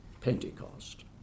Pentecost